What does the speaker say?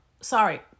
sorry